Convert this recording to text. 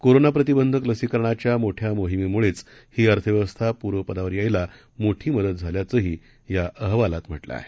कोरोनाप्रतिबंधकलसीकरणाच्यामोठ्यामोहीमेमुळेचहीअर्थव्यवस्थापूर्वपदावरयायलामोठीमदतझाल्याचंहीयाअहवालातम्हटलंआहे